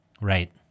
Right